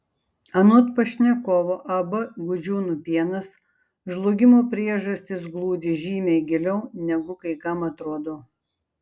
anot pašnekovo ab gudžiūnų pienas žlugimo priežastys glūdi žymiai giliau negu kai kam atrodo